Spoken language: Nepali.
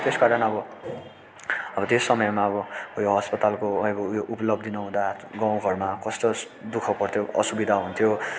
त्यसकारण अब अब त्यस समयमा अब उयो अस्पतालको उयो उपलब्धि नहुँदा गाँउ घरमा कस्तो दुःख पर्थ्यो असुविधा हुन्थ्यो